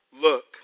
Look